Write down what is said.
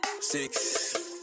six